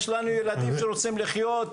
יש לנו ילדים שרוצים לחיות.